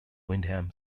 windham